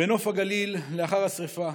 בנוף הגליל לאחר השרפה.